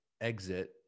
exit